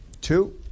two